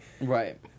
right